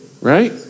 right